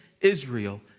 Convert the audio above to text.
Israel